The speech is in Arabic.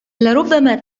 لربما